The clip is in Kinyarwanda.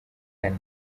kane